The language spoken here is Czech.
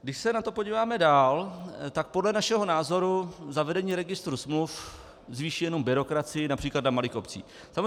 Když se na to podíváme dál, tak podle našeho názoru zavedení registru smluv zvýší jenom byrokracii např. na malých obcích.